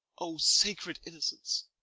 o sacred innocence,